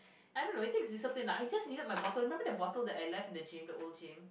I don't know I think is disappeared I just needed my bottle remember that bottle that I left in the gym the old gym